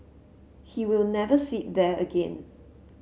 he will never sit there again